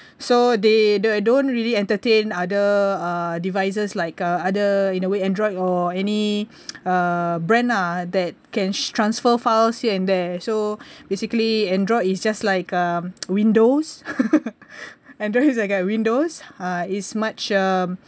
so they don't don't really entertain other devices like uh other in a way android or any uh brand ah that can transfer files here and there so basically android is just like um windows android is like a windows uh is much um